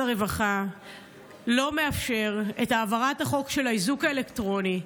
הרווחה לא מאפשר את העברת החוק של האיזוק האלקטרוני,